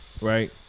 Right